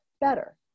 better